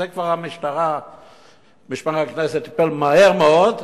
משמר הכנסת טיפל מהר מאוד,